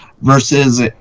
versus